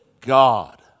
God